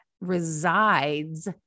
resides